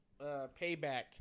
payback